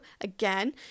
again